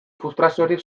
frustraziorik